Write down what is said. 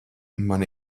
man